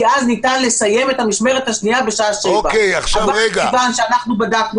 כי אז ניתן לסיים את המשמרת השנייה בשעה 19:00. אבל מכיוון שבדקנו